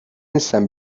نیستم